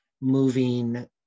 moving